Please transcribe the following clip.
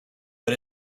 but